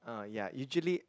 uh ya usually